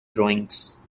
drawings